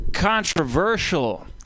Controversial